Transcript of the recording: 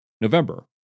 November